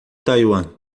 taiwan